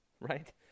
right